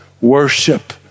worship